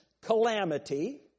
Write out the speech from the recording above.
calamity